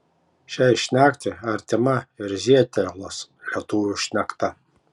šiai šnektai artima ir zietelos lietuvių šnekta